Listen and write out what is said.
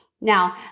Now